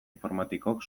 informatikok